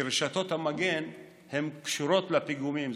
כי רשתות המגן קשורות לפיגומים,